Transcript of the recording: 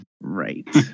Right